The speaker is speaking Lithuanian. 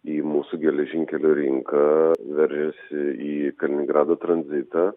į mūsų geležinkelių rinką veržiasi į kaliningrado tranzitą